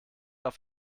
auf